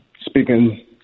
speaking –